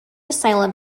asylum